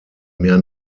mehr